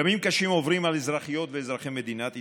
ימים קשים עוברים על אזרחיות ואזרחי מדינת ישראל,